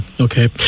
okay